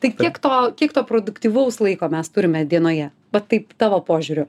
tai kiek to kiek to produktyvaus laiko mes turime dienoje va taip tavo požiūriu